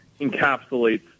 encapsulates